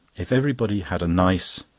if everybody had a nice,